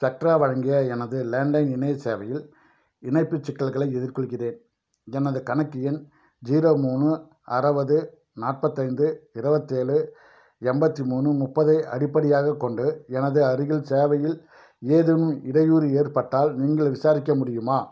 spectra வழங்கிய எனது landline இணையச் சேவையில் இணைப்புச் சிக்கல்களை எதிர்கொள்கிறேன் எனது கணக்கு எண் ஜீரோ மூணு அறுவது நாற்பத்தி ஐந்து இருபத்தி ஏழு எண்பத்தி மூணு முப்பது ஐ அடிப்படையாகக் கொண்டு எனது அருகில் சேவையில் ஏதேனும் இடையூறு ஏற்பட்டால் நீங்கள் விசாரிக்க முடியுமா